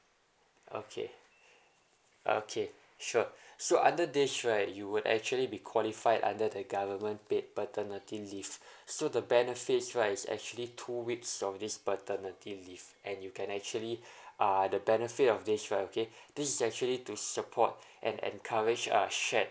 okay okay sure so under this right you will actually be qualified under the government paid paternity leave so the benefits right is actually two weeks of this paternity leave and you can actually ah the benefit of this right okay this is actually to support and encourage uh shared